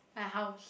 my house